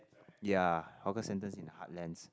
ya hawker centres in heartlands